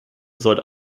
sollte